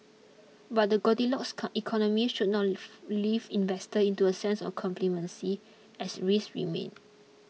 but the Goldilocks economy should not leaf investor into a sense of complacency as risks remain